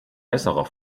besserer